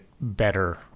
better